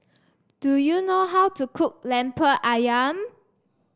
do you know how to cook Lemper ayam